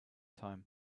time